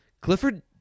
Clifford